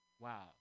wow